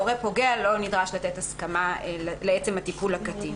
הורה פוגע לא נדרש לתת הסכמה לעצם הטיפול בקטין.